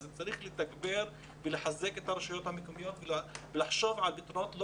צריך לתגבר ולחזק את הרשויות המקומיות ולחשוב על פתרונות לא